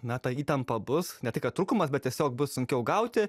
na ta įtampa bus ne tai kad trūkumas bet tiesiog bus sunkiau gauti